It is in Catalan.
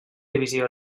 divisió